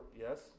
Yes